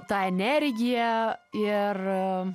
tą energiją ir